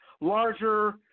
larger